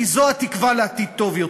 כי זו התקווה לעתיד טוב יותר.